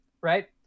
right